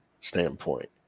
standpoint